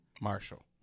Marshall